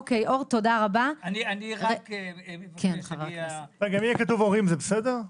אם יהיה כתוב "הורים" זה בסדר?